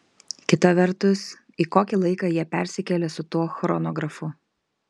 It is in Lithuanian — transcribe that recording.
kita vertus į kokį laiką jie persikėlė su tuo chronografu